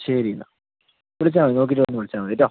ശരി എന്നാൽ വിളിച്ചാൽ മതി നോക്കീട്ട് വന്ന് വിളിച്ചാ മതീട്ടോ